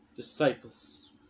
disciples